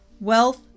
Wealth